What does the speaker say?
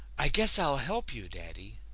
i guess i'll help you, daddy.